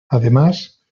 además